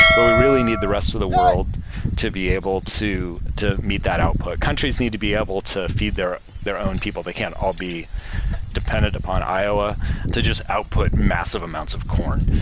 but we really need the rest of the world to be able to to meet that output. countries need to be able to feed their their own people. they can't all be dependent upon iowa to just output massive amounts of corn,